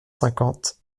cinquante